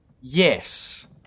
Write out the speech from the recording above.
yes